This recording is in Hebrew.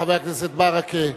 חבר הכנסת ברכה,